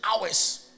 hours